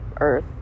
earth